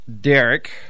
Derek